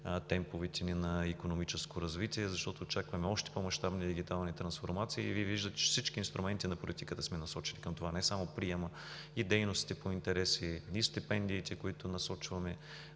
темповете ни на икономическо развитие, защото очакваме още по-мащабни дигитални трансформации. И Вие виждате, че всички инструменти на политиката сме насочили не само към приема и дейностите по интереси, но и към стипендиите, които насочваме